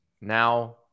now